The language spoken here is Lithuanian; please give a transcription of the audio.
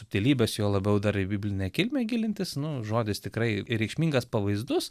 subtilybes juo labiau dar į biblinę kilmę gilintis nu žodis tikrai reikšmingas pavaizdus